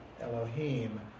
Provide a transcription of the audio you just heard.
Elohim